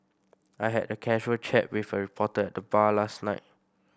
I had a casual chat with a reporter at the bar last night